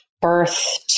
birth